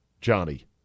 Johnny